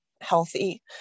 healthy